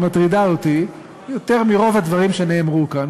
היא מטרידה אותי יותר מרוב הדברים שנאמרו כאן,